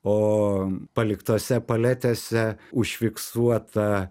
o paliktose paletėse užfiksuota